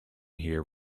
here